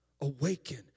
Awaken